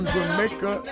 Jamaica